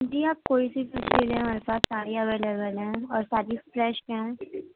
جی آپ کوئی سی مچھلی لیں ہمارے پاس ساری اویلیبل ہیں اور ساتھ ہی فریش ہیں